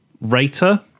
rater